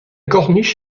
corniche